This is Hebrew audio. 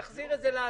נחזיר את זה להצבעה.